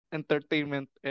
entertainment